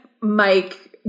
Mike